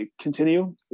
continue